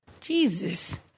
Jesus